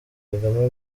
kagame